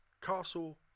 Castle